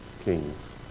kings